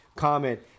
Comment